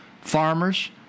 farmers